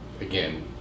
again